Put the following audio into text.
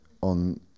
on